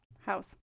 house